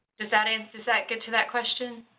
does that and does that get to that question?